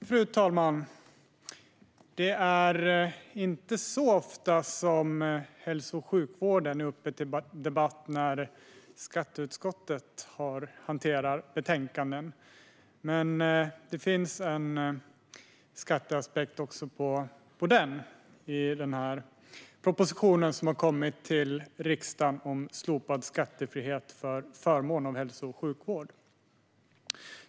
Fru talman! Det är inte så ofta som hälso och sjukvården är uppe till debatt när skatteutskottet hanterar betänkanden. Men det finns en skatteaspekt också på denna i den proposition som har kommit till riksdagen om slopad skattefrihet för förmån av hälso och sjukvård.